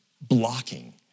blocking